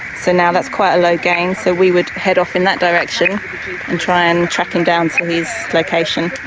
so now that's quite a low gain, so we would head off in that direction and try and track him down to his location.